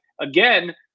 again